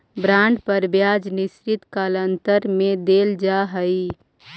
bond पर ब्याज निश्चित कालांतर में देल जा हई